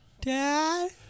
Dad